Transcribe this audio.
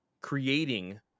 creating